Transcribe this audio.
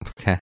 Okay